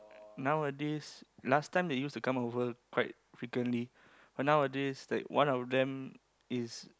nowadays last time they used to come over quite frequently but nowadays like one of them is